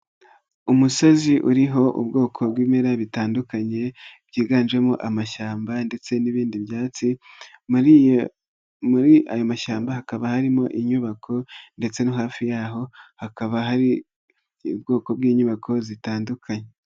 Umusozi uriho ubwoko bw'ibimera bitandukanye byiganjemo amashyamba ndetse n'ibindi byatsi, muri ayo mashyamba hakaba harimo inyubako ndetse no hafi yaho hakaba hari ubwoko bw'inyubako zitandukanye.